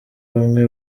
bamwe